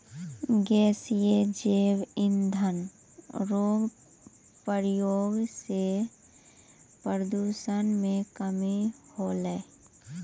गैसीय जैव इंधन रो प्रयोग से प्रदूषण मे कमी होलै